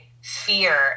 fear